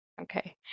Okay